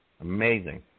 Amazing